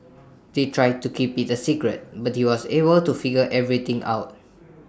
they tried to keep IT A secret but he was able to figure everything out